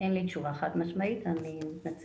אין לי תשובה חד משמעית, אני מתנצלת.